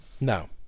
No